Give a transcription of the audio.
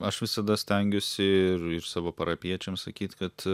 aš visada stengiuosi ir ir savo parapijiečiams sakyt kad